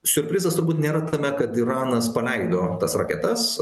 siurprizas turbūt nėra tame kad iranas paleido tas raketas